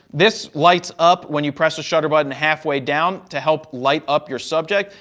this lights up when you press the shutter button halfway down to help light up your subject.